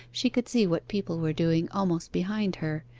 she could see what people were doing almost behind her,